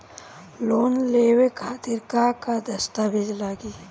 Loan लेवे खातिर का का दस्तावेज लागी?